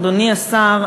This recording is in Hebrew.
אדוני השר,